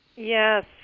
Yes